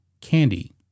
candy